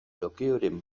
blokeoren